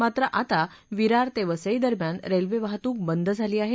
मात्र आता विरार ते वसई दरम्यान रेल्वे वाहतूक बंद झाली आहे